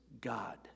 God